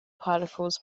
particles